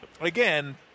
Again